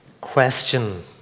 question